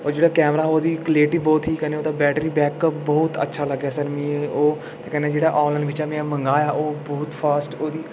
ओह् जेह्ड़ा कैमरा हा ओह्दी क्लैरटी बहुत ही कन्नै ओह्दा बैटरी बैक अप बहुत अच्छा लग्गेआ सर मिगी ओह् कन्नै जेह्ड़ा ऑनलाइन बिच्चा में मंगाए दा ओह् बहुत फास्ट ओह्दी